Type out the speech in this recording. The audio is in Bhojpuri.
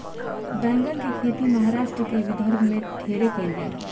बैगन के खेती महाराष्ट्र के विदर्भ में ढेरे कईल जाला